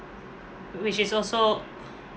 which is also